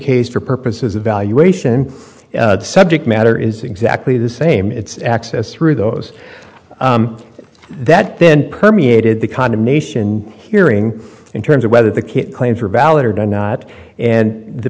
case for purposes of valuation the subject matter is exactly the same it's access through those that then permeated the condemnation hearing in terms of whether the kit claims were valid or not and the